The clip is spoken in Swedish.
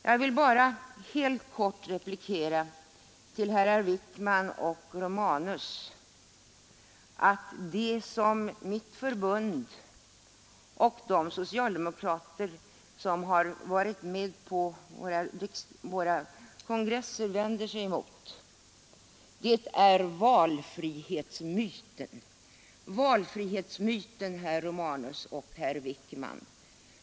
Jag vill bara helt kort replikera till herrar Wijkman och Romanus att det som mitt förbund och de socialdemokrater som har varit med på våra kongresser vänder sig emot är valfrihetsmyten.